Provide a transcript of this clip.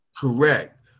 Correct